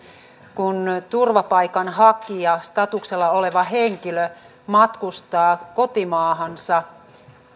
joissa turvapaikanhakija statuksella oleva henkilö matkustaa kotimaahansa